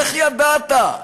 איך ידעת?